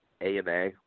AMA